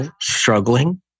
struggling